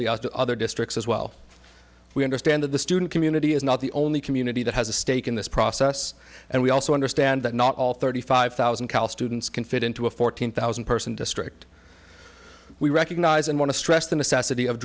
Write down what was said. to other districts as well we understand that the student community is not the only community that has a stake in this process and we also understand that not all thirty five thousand callus students can fit into a fourteen thousand person district we recognize and want to stress the necessity of